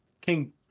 King